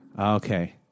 Okay